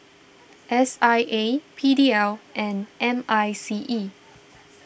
S I A P D L and M I C E